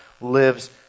lives